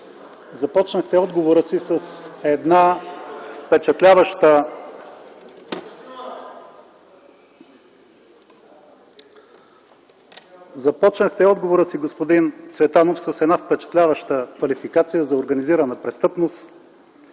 започнахте отговора си с една впечатляваща квалификация за организирана престъпност